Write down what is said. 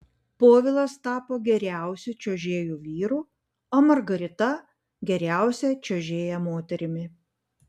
povilas tapo geriausiu čiuožėju vyru o margarita geriausia čiuožėja moterimi